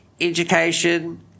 education